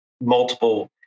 multiple